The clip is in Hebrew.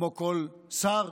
כמו כל שר,